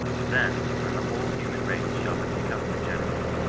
then, when the whole human race shall have become regenerate,